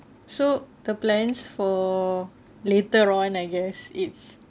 so the plans for later on I guess it's